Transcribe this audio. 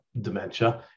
dementia